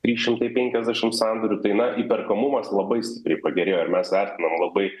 trys šimtai penkiasdešim sandorių tai na įperkamumas labai stipriai pagerėjo ir mes vertinam labai